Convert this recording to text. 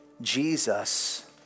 jesus